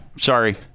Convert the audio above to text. Sorry